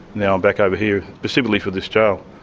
now i'm back over here, specifically for this jail.